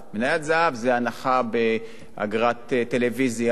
מניית זהב זה הנחה באגרת טלוויזיה,